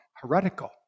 heretical